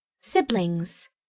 siblings